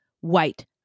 white